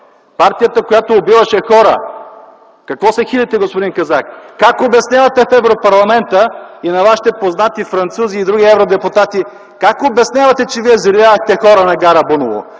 партията, която убиваше хора. Какво се хилите, господин Казак? Как обяснявате в Европарламента и на вашите познати французи и други евродепутати, как обяснявате, че вие взривявахте хора на гара Буново?